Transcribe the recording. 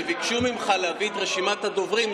כשביקשו ממך להביא את רשימת הדוברים,